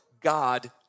God